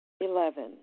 Eleven